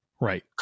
right